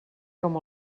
com